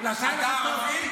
אתה ערבי?